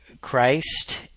Christ